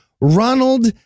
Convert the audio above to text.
Ronald